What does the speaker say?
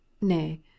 Nay